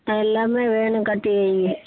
ஆ எல்லாமே வேணும் கட்டி வையுங்க